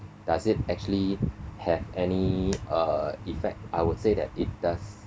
does it actually have any uh effect I would say that it does